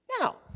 Now